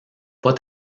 pas